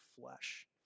flesh